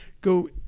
Go